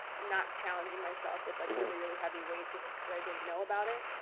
not challenging myself with like really, really heavyweight just because i didn't know about it.